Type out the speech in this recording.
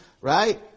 right